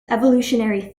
evolutionary